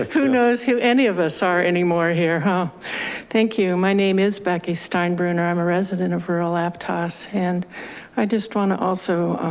ah who knows who any of us are any more here? and thank you. my name is becky steinbrenner. i'm a resident of rural aptos. and i just wanna also